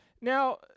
Now